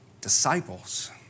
Disciples